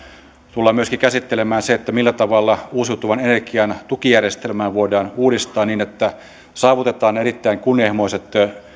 tullaan myöskin käsittelemään se millä tavalla uusiutuvan energian tukijärjestelmää voidaan uudistaa niin että saavutetaan erittäin kunnianhimoiset